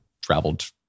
traveled